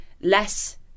less